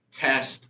test